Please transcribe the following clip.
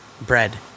bread